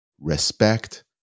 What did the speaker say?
respect